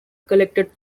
collected